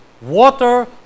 water